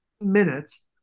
minutes